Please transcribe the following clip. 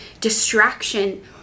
distraction